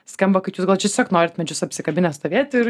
skamba kad jūs gal tiesiog norit medžius apsikabinę stovėt ir